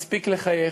מספיק לחייך,